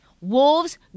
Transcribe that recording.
Wolves